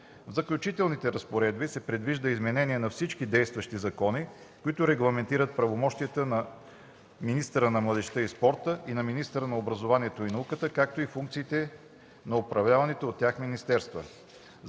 В Заключителните разпоредби се предвижда изменение на всички действащи закони, които регламентират правомощията на министъра на младежта и спорта и на министъра на образованието и науката, както и функциите на управляваните от тях министерства.